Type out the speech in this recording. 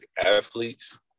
athletes